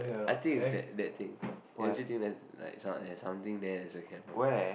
I think it's that that thing don't you think that's like some there's something there that has a camera